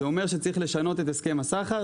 וזה אומר שצריך לשנות את הסכם הסחר,